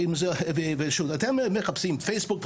אתם מחפשים פייסבוק,